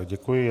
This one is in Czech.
Děkuji.